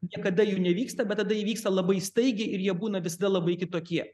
niekada jų nevyksta bet tada įvyksta labai staigiai ir jie būna visada labai kitokie